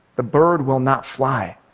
the bird will not fly.